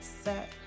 set